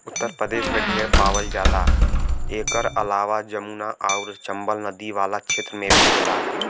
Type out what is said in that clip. उत्तर प्रदेश में ढेर पावल जाला एकर अलावा जमुना आउर चम्बल नदी वाला क्षेत्र में भी होला